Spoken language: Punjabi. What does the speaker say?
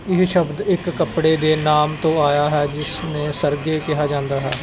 ਇਹ ਸ਼ਬਦ ਇੱਕ ਕੱਪੜੇ ਦੇ ਨਾਮ ਤੋਂ ਆਇਆ ਹੈ ਜਿਸ ਨੂੰ ਸਰਗੇ ਕਿਹਾ ਜਾਂਦਾ ਹੈ